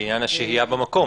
לעניין השהייה במקום.